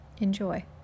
Enjoy